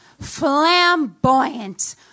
flamboyant